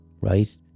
right